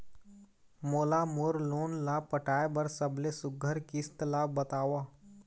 मोला मोर लोन ला पटाए बर सबले सुघ्घर किस्त ला बताव?